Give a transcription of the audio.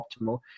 optimal